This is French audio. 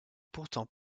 pourtant